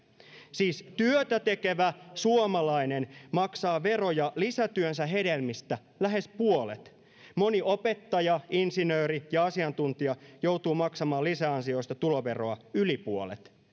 siis työtä tekevä suomalainen maksaa veroja lisätyönsä hedelmistä lähes puolet moni opettaja insinööri ja asiantuntija joutuu maksamaan lisäansioista tuloveroa yli puolet